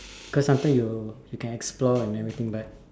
cause sometimes you will you can explore everything but